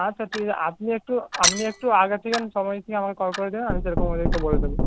আচ্ছা ঠিক আ আপনি একটু আপনি একটু আগে থেকে সময় নিয়ে আমাকে কল করে দেবেন আমি সেরকম ওদেরকে বলে দেব